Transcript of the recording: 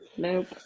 Nope